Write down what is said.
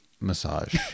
massage